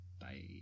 Bye